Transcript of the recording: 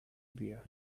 bear